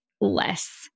less